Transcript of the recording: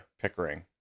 Pickering